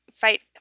fight